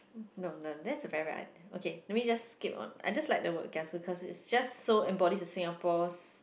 no no that's a very bad idea okay let me just skip on I just like the word kiasu cause it just so embodies the Singapore's